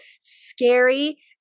scary